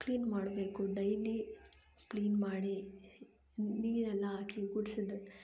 clean ಮಾಡಬೇಕು daily clean ಮಾಡಿ ನೀರೆಲ್ಲ ಹಾಕಿ ಗುಡಿಸಿದ್ರೆ